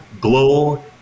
glow